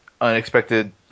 unexpected